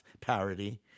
parody